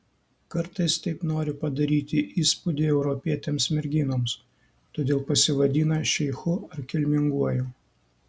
kartais taip nori padaryti įspūdį europietėms merginoms todėl pasivadina šeichu ar kilminguoju